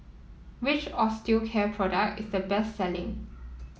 which Osteocare product is the best selling